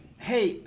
hey